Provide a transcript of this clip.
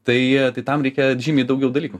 tai tai tam reikia žymiai daugiau dalykų